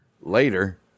Later